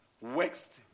waxed